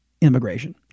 immigration